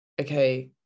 okay